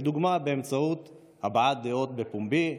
לדוגמה, באמצעות הבעת דעות בפומבי,